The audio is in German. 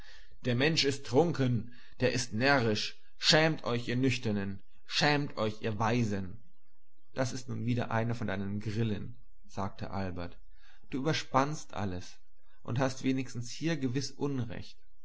der mensch ist trunken der ist närrisch schämt euch ihr nüchternen schämt euch ihr weisen das sind nun wieder von deinen grillen sagte albert du überspannst alles und hast wenigstens hier gewiß unrecht